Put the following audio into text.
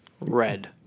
Red